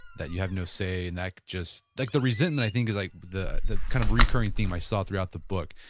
that you have no say and that just, like the resentment i think is like the the kind of reoccurring theme i saw throughout the book.